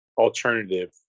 alternative